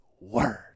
Word